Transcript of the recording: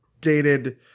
dated